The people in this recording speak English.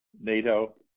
nato